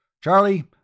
Charlie